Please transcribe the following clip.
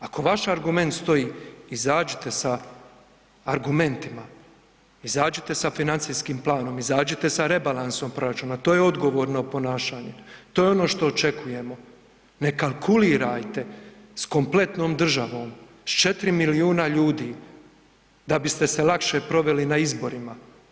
Ako vaši argument stoji izađite sa argumentima, izađite sa financijskim planom, izađite sa rebalansom proračuna to je odgovorno ponašanje, to je ono što očekujemo, ne kalkulirajte s kompletnom državom, s 4 milijuna ljudi da biste se lakše proveli na izborima.